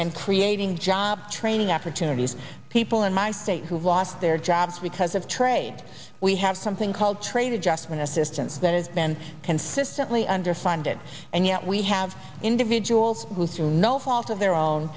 and creating job training opportunities people in my state who've lost their jobs because of trade we have something called trade adjustment assistance that has been consistently underfunded and yet we have individuals who through no fault of their own